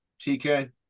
TK